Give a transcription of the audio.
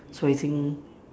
so I think